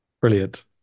Brilliant